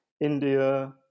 India